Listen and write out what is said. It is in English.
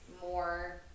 more